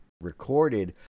recorded